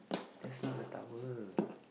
that's not the towel